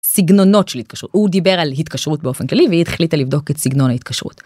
סגנונות של התקשרות הוא דיבר על התקשרות באופן כללי והיא החליטה לבדוק את סגנון ההתקשרות.